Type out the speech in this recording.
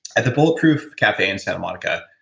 at the bulletproof cafe in santa monica,